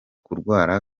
kurwara